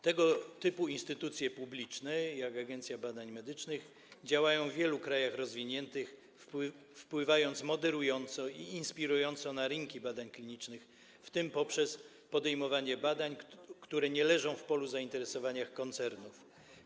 Tego typu instytucje publiczne, jak Agencja Badań Medycznych, działają w wielu krajach rozwiniętych i wpływają moderująco i inspirująco na rynki badań klinicznych, m.in. poprzez podejmowanie badań, które nie leżą w polu zainteresowania koncernów.